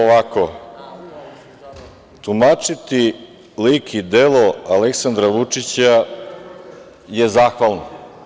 Ovako, tumačiti lik i delo Aleksandra Vučića je zahvalno.